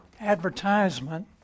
advertisement